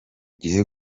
gihe